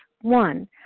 One